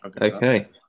Okay